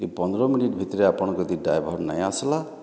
ଏ ପନ୍ଦର ମିନିଟ୍ ଭିତରେ ଆପଣ ଯଦି ଡ୍ରାଇଭର୍ ନାଇଁ ଆସିଲା